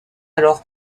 alors